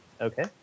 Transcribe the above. Okay